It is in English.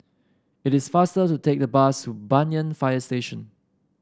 it is faster to take the bus to Banyan Fire Station